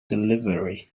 delivery